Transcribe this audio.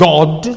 God